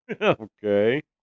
Okay